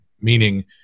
Meaning